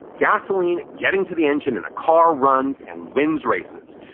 gasoline getting to the engine and the car runs and wins races.